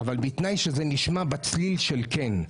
אבל בתנאי שזה נשמע בצליל של כן.